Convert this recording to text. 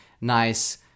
nice